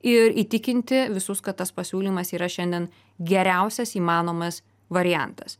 ir įtikinti visus kad tas pasiūlymas yra šiandien geriausias įmanomas variantas